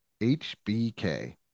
hbk